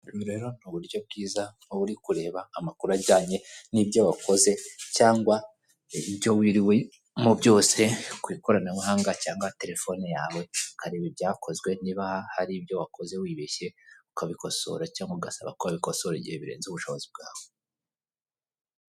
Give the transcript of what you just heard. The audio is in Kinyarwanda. Ubu rero ni uburyo bwiza iyo uri kureba amakuru ajyanye n'ibyo wakoze cyangwa ibyo wiriwemo byose, ku ikoranabuhanga cyangwa telefone yawe, ukareba ibyakozwe niba hari ibyo wakoze wibeshye ukabikosora cyangwa ugasaba ko babikoso igihe birenze ubushobozi bwawe.